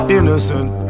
Innocent